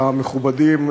המכובדים,